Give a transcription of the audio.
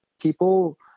people